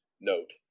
note